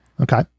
Okay